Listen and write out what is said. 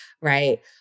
right